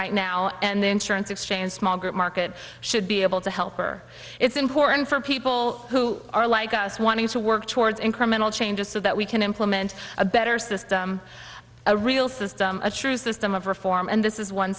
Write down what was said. right now and the insurance exchange small group market should be able to help or it's important for people who are like us wanting to work towards incremental changes so that we can implement a better system a real system a true system of reform and this is one